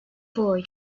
boy